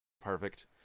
Perfect